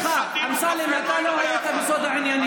אתה צודק שאנחנו בבעיה שאתה משתלט על הממשלה.